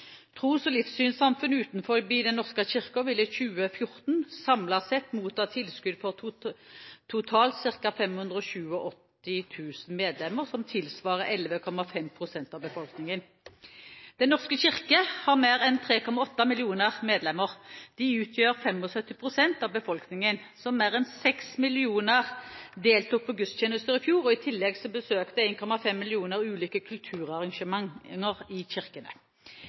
Tros- og livssynssamfunn utenfor Den norske kirke vil i 2014 samlet sett motta tilskudd for totalt ca. 587 000 medlemmer, som tilsvarer 11,5 pst. av befolkningen. Den norske kirke har mer enn 3,8 millioner medlemmer. De utgjør 75 pst. av befolkningen. Mer enn 6 millioner mennesker deltok på gudstjenester i fjor, i tillegg besøkte 1,5 millioner ulike kulturarrangement i kirkene.